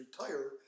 retire